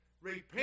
repent